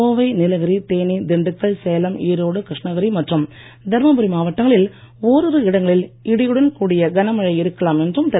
கோவை நீலகிரி தேனீ திண்டுக்கல் சேலம் ஈரோடு கிருஷ்ணகிரி மற்றும் தர்மபுரி மாவட்டங்களில் ஓரிரு இடங்களில் இடியுடன் கூடிய கனமழை இருக்கலாம் என்றும் தெரிவிக்கப் பட்டுள்ளது